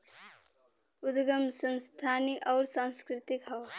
उदगम संस्थानिक अउर सांस्कृतिक हौ